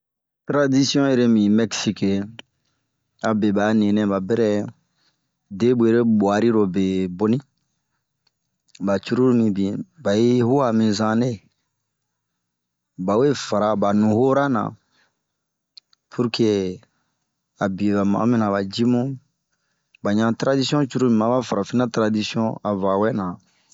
Taradisiɔn yɛrɛmi Mɛsike'n? abenɛ ba bɛrɛ debwere guari ro be boni. ba cururu minbin bayi hua min zanre ,ba we fara ba nuhuɔra ra na ,purke a bio ba ma'o mina aba yi bun ,ba ɲan taradisiɔn cururu maba farafina taradisiɔn a va wɛna.